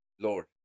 Lord